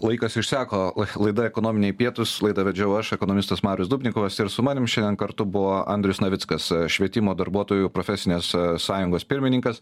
laikas išseko laida ekonominiai pietūs laidą vedžiau aš ekonomistas marius dubnikovas ir su manim šiandien kartu buvo andrius navickas švietimo darbuotojų profesinės sąjungos pirmininkas